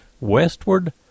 westward